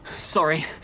Sorry